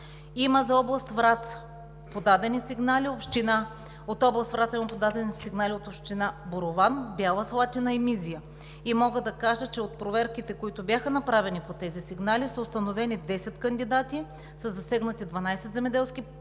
Има за област Враца подадени сигнали от община Борован, Бяла Слатина и Мизия. От проверките, които бяха направени по тези сигнали, са установени десет кандидати със засегнати 12 земеделски парцела и